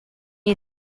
you